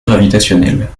gravitationnelle